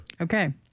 Okay